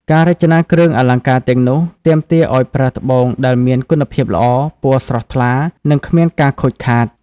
ការរចនាគ្រឿងអលង្ការទាំងនោះ ទាមទារឱ្យប្រើត្បូងដែលមានគុណភាពល្អ ពណ៌ស្រស់ថ្លា និងគ្មានការខូចខាត។